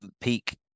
Peak